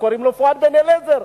שקוראים לו פואד בן-אליעזר,